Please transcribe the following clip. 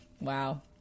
Wow